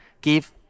give